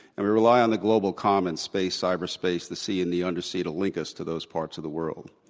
and we rely on the global common space, cyber space, the sea, and the undersea to link us to those parts of the world.